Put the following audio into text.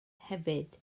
hefyd